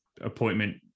appointment